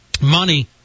money